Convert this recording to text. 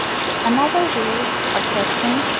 another way of testing,